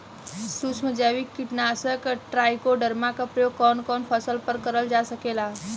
सुक्ष्म जैविक कीट नाशक ट्राइकोडर्मा क प्रयोग कवन कवन फसल पर करल जा सकेला?